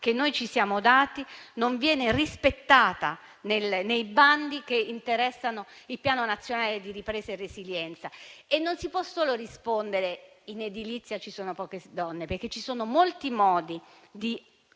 che ci siamo dati non viene rispettata nei bandi che interessano il Piano nazionale di ripresa e resilienza? E non si può solo rispondere che in edilizia ci sono poche donne, perché ci sono molti modi per